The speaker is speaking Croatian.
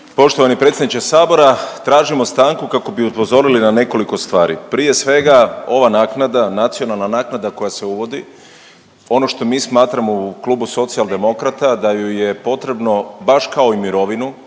Poštovani predsjedniče sabora, tražimo stanku kako bi upozorili na nekoliko stvari. Prije svega, ova naknada, nacionalna naknada koja se uvodi, ono što mi smatramo u Klubu Socijaldemokrata da ju je potrebno, baš kao i mirovinu,